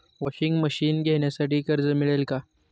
Washing machine घेण्यासाठी कर्ज मिळेल का?